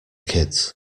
kids